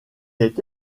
est